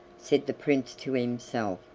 said the prince to himself.